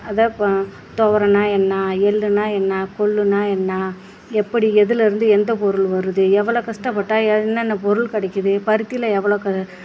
அதை ப தொவரைனா என்ன எள்ளுனால் என்ன கொள்ளுனால் என்ன எப்படி எதுலேருந்து எந்த பொருள் வருது எவ்வளோ கஷ்டப்பட்டா என்னென்ன பொருள் கிடைக்கிது பருத்தியில் எவ்வளோ கா